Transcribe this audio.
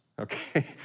okay